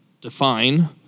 define